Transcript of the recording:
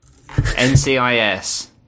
NCIS